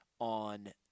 on